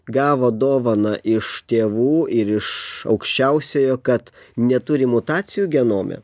gavo dovaną iš tėvų ir iš aukščiausiojo kad neturi mutacijų genome